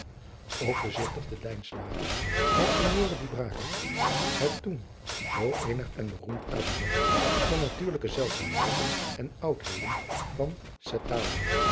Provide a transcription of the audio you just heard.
ook bezigtigde lijnslager met signore di braga het toen zoo eenig en beroemd kabinet van natuurlijke zeldzaamheden en oudheden van